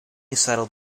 settled